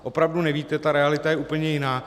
Opravdu nevíte, ta realita je úplně jiná.